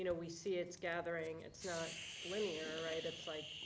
you know we see it's gathering. it's not linear, right. it's like,